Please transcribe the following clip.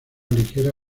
ligera